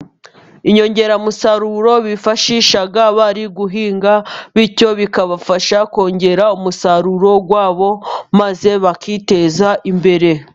Inyongeramusaruro bifashisha bari guhinga, bityo bikabafasha kongera umusaruro wabo maze bakiteza imbere.